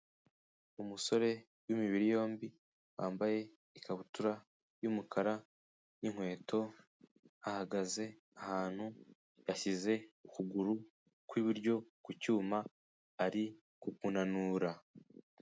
Umusore w'imibiri yombi wambaye ikabutura y'umukara n'inkweto, ahagaze ahantu yashyize ukuguru kw'iburyo ku cyuma ari kukunanura.